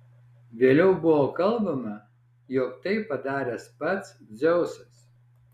vėliau buvo kalbama jog tai padaręs pats dzeusas